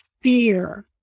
fear